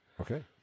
Okay